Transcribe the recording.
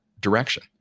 direction